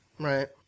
Right